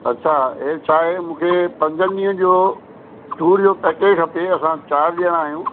अच्छा ई छा आहे मूंखे पंजनि ॾींहंनि जो टूर जो पैकेज खपे असां चारि ॼणा आहियूं